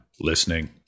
listening